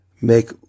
make